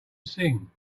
sing